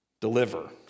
deliver